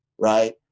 right